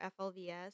FLVS